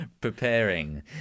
preparing